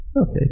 okay